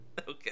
Okay